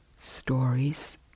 stories